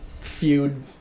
feud